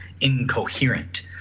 incoherent